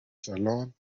salón